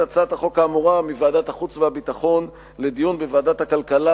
הצעת החוק האמורה מוועדת החוץ והביטחון לוועדת הכלכלה,